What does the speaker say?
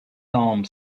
arms